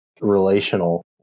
relational